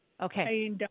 Okay